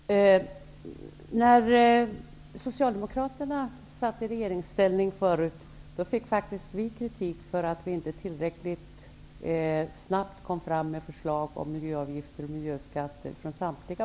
Herr talman! När Socialdemokraterna satt i regeringsställning förut, fick vi -- från samtliga borgerliga partier, om jag inte minns fel -- kritik för att vi inte tillräckligt snabbt kom fram med förslag om miljöavgifter och miljöskatter.